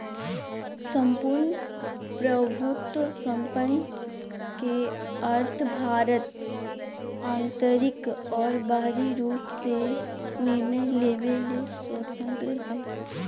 सम्पूर्ण प्रभुत्वसम्पन् के अर्थ भारत आन्तरिक और बाहरी रूप से निर्णय लेवे ले स्वतन्त्रत हइ